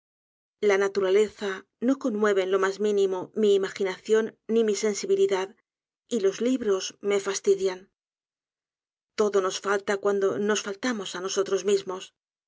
la naturaleza no conmueve en lo mas mínimo mi imaginación ni misensibilidad y los libros me fastidian todo nos falta cuando nos faltamos á nosotros mismos